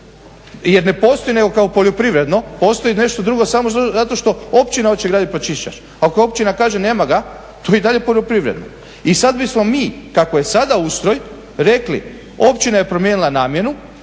jer ne postoji nego kao poljoprivredno, postoji nešto drugo samo zato što općina oče gradit pročistač, ako općina kaže nema ga, to je i dalje poljoprivredno. I sad bi smo mi, kako je sada ustroj rekli, općina je promijenila namjenu,